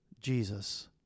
Jesus